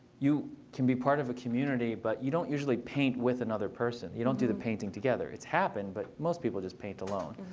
you can be part of community. but you don't usually paint with another person. you don't do the painting together. it's happened. but most people just paint alone.